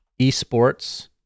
esports